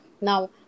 now